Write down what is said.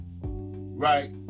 right